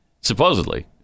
Supposedly